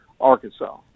Arkansas